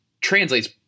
translates